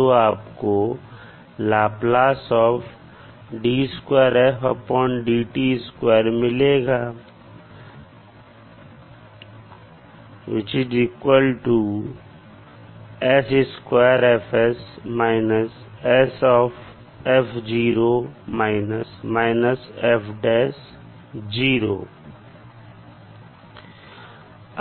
तो आपको मिलेगा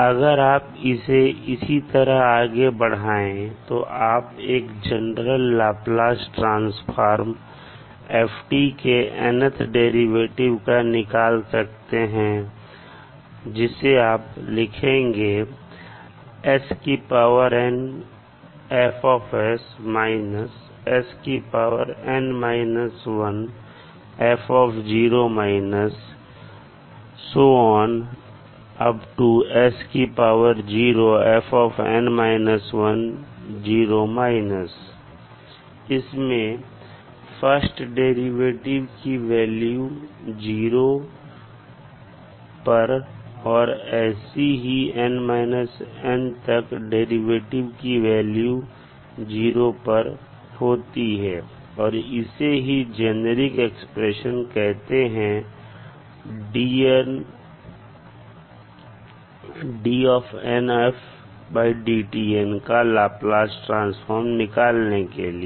अगर आप इसे इसी तरह आगे बढ़ाएं तो आप एक जनरल लाप्लास ट्रांसफॉर्म f के nth डेरिवेटिव का निकाल सकते हैं जिसे आप लिखेंगे इसमें फर्स्ट डेरिवेटिव की वैल्यू 0 पर और ऐसे ही n 1 तक डेरिवेटिव की वैल्यू 0 पर होती है और इसे ही जेनेरिक एक्सप्रेशन कहते हैं का लाप्लास ट्रांसफॉर्म निकालने के लिए